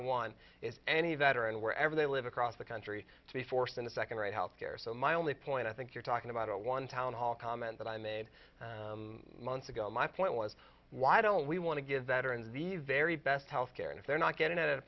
want is any veteran wherever they live across the country to be forced into second rate health care so my only point i think you're talking about one town hall comment that i made months ago my point was why don't we want to give veterans the very best health care and if they're not getting it at a